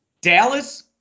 Dallas